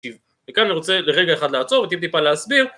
וכאן אני רוצה לרגע אחד לעצור וטיפ טיפה להסביר